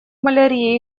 малярия